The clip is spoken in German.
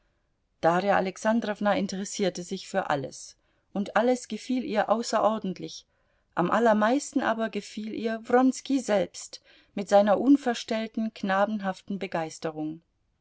darja alexandrowna interessierte sich für alles und alles gefiel ihr außerordentlich am allermeisten aber gefiel ihr wronski selbst mit seiner unverstellten knabenhaften begeisterung